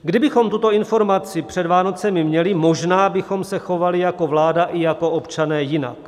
Kdybychom tuto informaci před Vánocemi měli, možná bychom se chovali jako vláda i jako občané jinak.